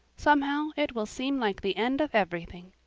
somehow, it will seem like the end of everything.